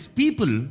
people